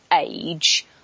age